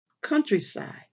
Countryside